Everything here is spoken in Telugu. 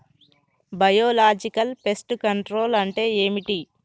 బయోలాజికల్ ఫెస్ట్ కంట్రోల్ అంటే ఏమిటి?